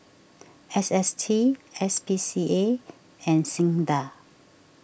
S S T S P C A and Sinda